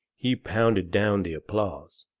he pounded down the applause,